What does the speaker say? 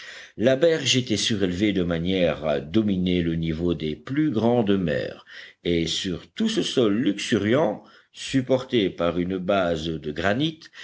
la berge était surélevée de manière à dominer le niveau des plus grandes mers et sur tout ce sol luxuriant supporté par une base de granit